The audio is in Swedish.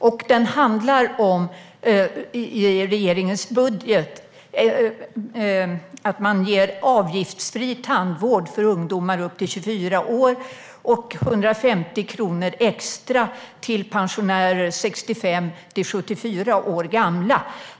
Min fråga handlar om att man i regeringens budget ger avgiftsfri tandvård till ungdomar upp till 24 år och 150 kronor extra för pensionärer som är mellan 65 och 74 år.